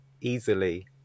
easily